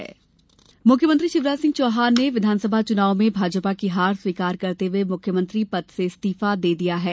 शिवराज इस्तीफा मुख्यमंत्री शिवराज सिंह चौहान ने विधानसभा चुनाव में भाजपा की हार स्वीकार करते हुए मुख्यमंत्री पद से इस्तीफा दे दिया है